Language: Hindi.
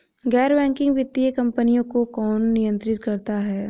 गैर बैंकिंग वित्तीय कंपनियों को कौन नियंत्रित करता है?